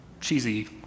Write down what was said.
cheesy